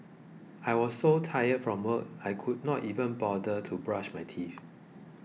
I was so tired from work I could not even bother to brush my teeth